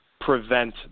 prevent